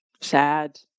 Sad